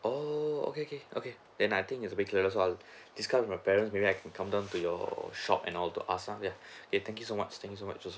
oo okay okay okay then I think it's bit clearer so I'll discuss with my parents maybe I can come down to your shop and all to ask uh ya okay thank you so much thank you so much also